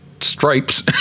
Stripes